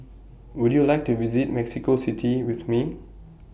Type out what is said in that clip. Would YOU like to visit Mexico City with Me